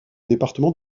département